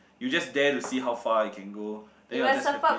you just dare to see how far I can go then you are just happy